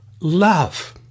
love